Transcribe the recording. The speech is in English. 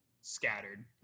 scattered